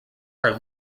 are